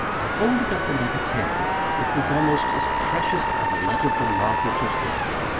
i folded up the letter carefully it was almost as precious as a letter from margaret herself.